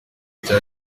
cya